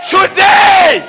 Today